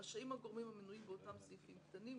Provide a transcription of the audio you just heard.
רשאים הגורמים המנויים באותם סעיפים קטנים,